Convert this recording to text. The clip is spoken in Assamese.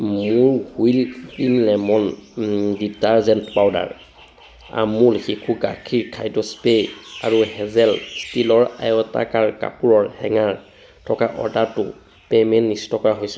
মোৰ Wheel green lemon detergent powder Amul শিশুৰ গাখীৰৰ খাদ্যৰ স্প্ৰে আৰু হেজেল ষ্টীলৰ আয়তাকাৰ কাপোৰৰ হেঙাৰ থকা অৰ্ডাৰটোৰ পে'মেণ্ট নিশ্চিত কৰা হৈছে